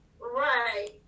Right